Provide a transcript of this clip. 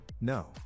no